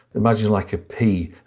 imagine like a pea,